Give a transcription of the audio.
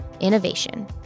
Innovation